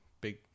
big